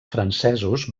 francesos